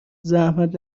زحمت